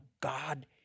God